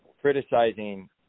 criticizing